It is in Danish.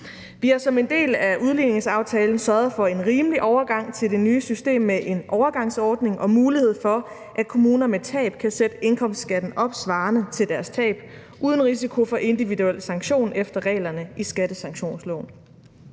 Vi har som en del af udligningsaftalen sørget for en rimelig overgang til det nye system med en overgangsordning og en mulighed for, at kommuner med tab kan sætte indkomstskatten op svarende til deres tab uden risiko for individuel sanktion efter reglerne i skattesanktionsloven.